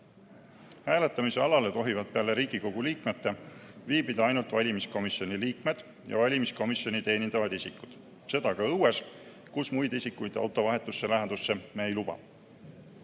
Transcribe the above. Hääletamise alal tohivad peale Riigikogu liikmete viibida ainult valimiskomisjoni liikmed ja valimiskomisjoni teenindavad isikud. Seda ka õues, kus me muid isikuid auto vahetusse lähedusse ei luba.